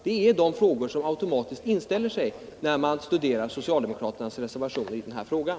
— Det är de frågor som automatiskt inställer sig när man studerar socialdemokraternas reservation i den här frågan.